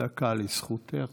דקה לרשותך.